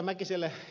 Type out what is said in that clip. mäkiselle